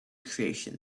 creation